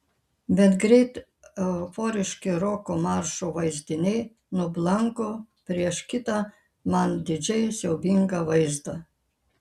bet greit euforiški roko maršo vaizdiniai nublanko prieš kitą man didžiai siaubingą vaizdą